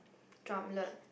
drumlet